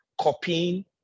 copying